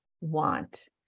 want